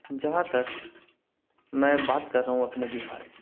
جہاں تک میں بات کر رہا ہوں اپنے بہار کی